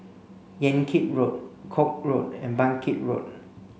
Yan Kit Road Koek Road and Bangkit Road